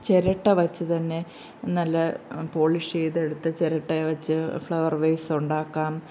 ചിരട്ട വെച്ച് തന്നെ നല്ല പോളിഷ് ചെയ്ത് എടുത്ത് ചിരട്ട വെച്ച് ഫ്ലവർ വേസ് ഉണ്ടാക്കാം